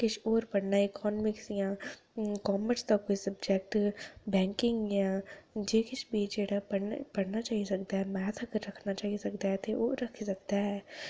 किश होर पढ़ना इकोनामिक्स या कामर्स दा कोई सब्जैक्ट बैंकिंग जां जे किश बी जेह्ड़ा पढ़ना पढ़ना चाही सकदा ऐ मैथ अगर रक्खना चाही सकदा ऐ ते ओह् रक्खी सकदा ऐ